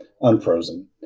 unfrozen